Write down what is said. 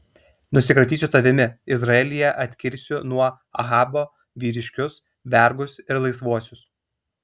nusikratysiu tavimi izraelyje atkirsiu nuo ahabo vyriškius vergus ir laisvuosius